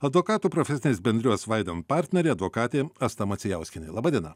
advokatų profesinės bendrijos vaiden partnerė advokatė asta macijauskienė laba diena